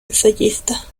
ensayista